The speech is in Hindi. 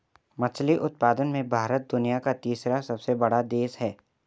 मछली उत्पादन में भारत दुनिया का तीसरा सबसे बड़ा देश है